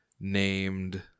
named